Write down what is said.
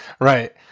Right